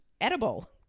edible